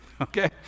okay